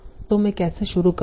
तो मैं कैसे शुरू करूँगा